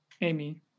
Amy